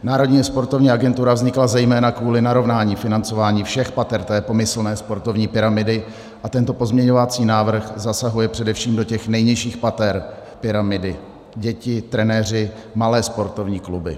Národní sportovní agentura vznikla zejména kvůli narovnání financování všech pater té pomyslné sportovní pyramidy, a tento pozměňovací návrh zasahuje především do těch nejnižších pater pyramidy děti, trenéři, malé sportovní kluby.